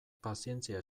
pazientzia